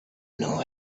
know